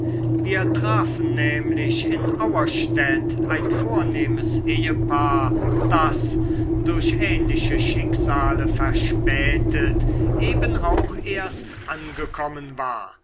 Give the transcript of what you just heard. wir trafen nämlich in auerstädt ein vornehmes ehepaar das durch ähnliche schicksale verspätet eben auch erst angekommen war